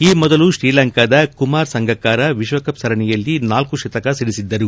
ಈ ಮೊದಲು ಶ್ರೀಲಂಕಾದ ಕುಮಾರ್ ಸಂಗಕ್ಕಾರ ವಿಶ್ವಕಪ್ ಸರಣಿಯಲ್ಲಿ ನಾಲ್ಕು ಶತಕ ಸಿಡಿಸಿದ್ದರು